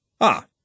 Ah